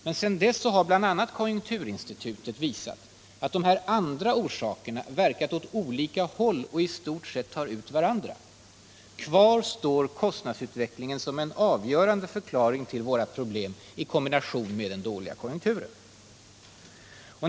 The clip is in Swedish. Men sedan dess har bl.a. konjunkturinstitutet visat att de här andra orsakerna har verkat åt olika håll och i stort sett tagit ut varandra. Kvar står kostnadsutvecklingen som en avgörande förklaring till våra problem i kombination med den dåliga konjunkturen.